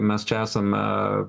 mes čia esame